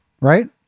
right